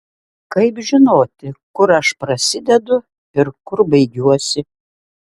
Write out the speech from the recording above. kaip žinoti kur aš prasidedu ir kur baigiuosi